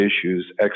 issues